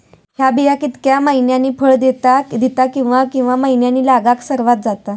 हया बिया कितक्या मैन्यानी फळ दिता कीवा की मैन्यानी लागाक सर्वात जाता?